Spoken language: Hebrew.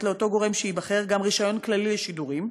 לאותו גורם שייבחר גם רישיון כללי לשידורים,